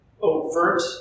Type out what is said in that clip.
overt